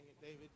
David